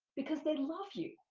because they love you,